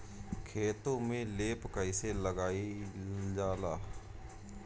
खेतो में लेप कईसे लगाई ल जाला?